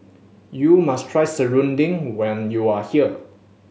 you must try serunding when you are here